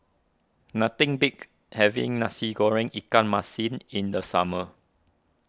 nothing beats having Nasi Goreng Ikan Masin in the summer